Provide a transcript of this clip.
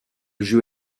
jeu